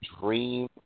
dream